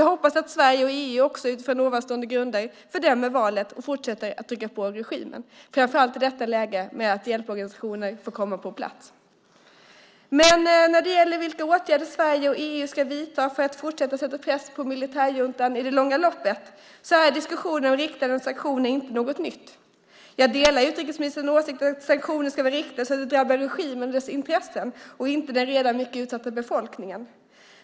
Jag hoppas att Sverige och EU också utifrån ovanstående grunder fördömer valet och fortsätter att trycka på regimen, framför allt i detta läge så att hjälporganisationer får komma på plats. Men när det gäller vilka åtgärder som Sverige och EU ska vidta för att fortsätta att sätta press på militärjuntan i det långa loppet är diskussionen om riktade sanktioner inte något nytt. Jag delar utrikesministerns åsikter att sanktioner ska vara riktade så att de drabbar regimen och dess intressen och inte den redan mycket utsatta befolkningen.